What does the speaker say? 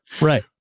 Right